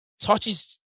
touches